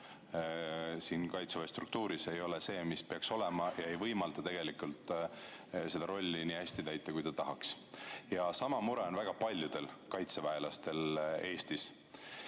Kaitseväe struktuuris ei ole see, mis peaks olema, ja see ei võimalda seda rolli nii hästi täita, kui ta tahaks. Sama mure on väga paljudel kaitseväelastel Eestis.